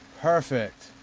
Perfect